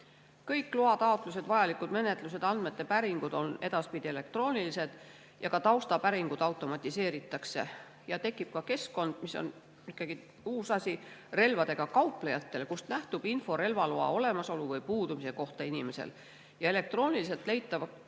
Kõik loataotlused, vajalikud menetlused ja andmepäringud on edaspidi elektroonilised ja ka taustapäringud automatiseeritakse. Tekib ka keskkond, mis on ikkagi uus asi, relvadega kauplejatele, kust nähtub info inimese relvaloa olemasolu või puudumise kohta. Elektrooniliselt leitavaks